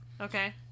Okay